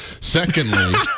Secondly